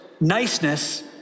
Niceness